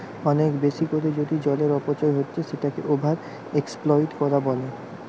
অনেক বেশি কোরে যদি জলের অপচয় হচ্ছে সেটাকে ওভার এক্সপ্লইট কোরা বলে